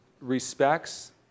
respects